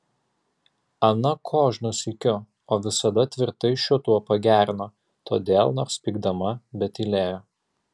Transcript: ana kožnu sykiu o visada tvirtai šiuo tuo pagerino todėl nors pykdama bet tylėjo